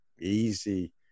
easy